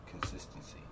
consistency